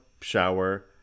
shower